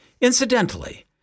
Incidentally